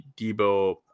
Debo